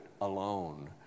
alone